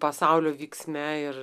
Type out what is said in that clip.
pasaulio vyksme ir